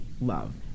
love